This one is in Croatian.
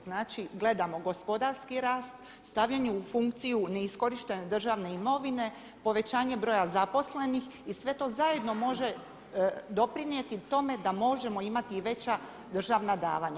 Znači gledamo gospodarski rast, stavljanje u funkciju neiskorištene državne imovine, povećanje broja zaposlenih i sve to zajedno može doprinijeti tome da možemo imati i veća državna davanja.